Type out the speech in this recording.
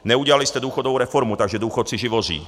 Neudělali jste důchodovou reformu, takže důchodci živoří.